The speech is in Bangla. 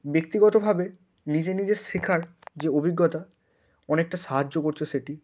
ব্যক্তিগতভাবে নিজে নিজে শেখার যে অভিজ্ঞতা অনেকটা সাহায্য করছে সেটি